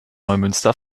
neumünster